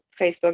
Facebook